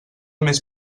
més